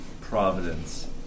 providence